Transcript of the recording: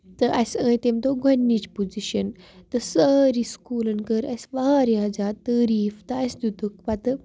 تہٕ اَسہِ أنۍ تَمہِ دۄہ گۄڈٕنِچ پُزِشن تہٕ سٲری سکوٗلن کٔر اَسہِ واریاہ زیادٕ تعاریٖف تہٕ اَسہِ دِتُکھ پَتہٕ